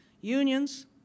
unions